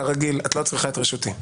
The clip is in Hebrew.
כרגיל את לא צריכה את רשותי.